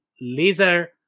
laser